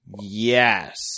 Yes